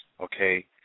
okay